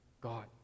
God